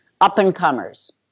Up-and-comers